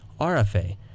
RFA